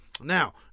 Now